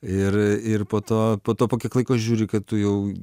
ir ir po to po to po kiek laiko žiūri kad tu jau